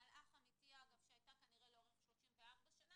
מלאך אמיתי שהיתה כנראה לאורך 34 שנה,